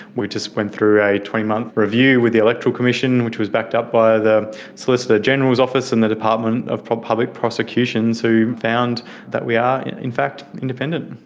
we just went through a twenty month review with the electoral commission which was backed up by the solicitor general's office and the department of public prosecutions who found that we are in fact independent.